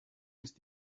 ist